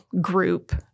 group